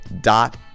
dot